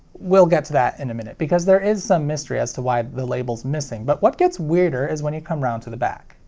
we'll get to that in a minute because there is some mystery as to why the label's missing, but what gets weirder is when you come round to the back.